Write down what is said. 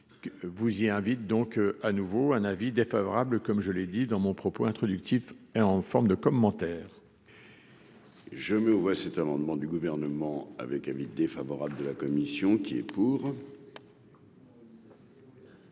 vous y invite donc à nouveau un avis défavorable, comme je l'ai dit dans mon propos introductif en forme de commentaire. Je mets aux voix cet amendement du gouvernement avec avis défavorable de la commission qui est pour.